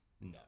no